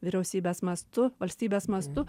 vyriausybės mastu valstybės mastu